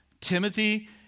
Timothy